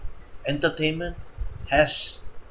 entertainment has